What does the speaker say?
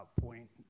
point